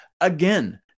Again